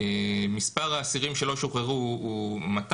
מספר האסירים שלא שוחררו הוא 200,